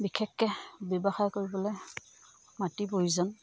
বিশেষকে ব্যৱসায় কৰিবলে মাটিৰ প্ৰয়োজন